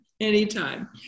anytime